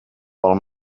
pel